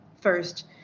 First